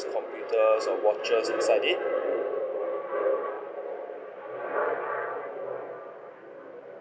computers or watches inside it